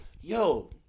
Yo